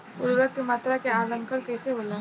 उर्वरक के मात्रा के आंकलन कईसे होला?